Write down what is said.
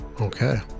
okay